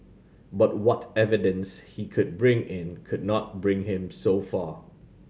but what evidence he could bring in could not bring him so far